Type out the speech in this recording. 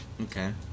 Okay